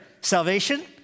Salvation